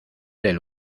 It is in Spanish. del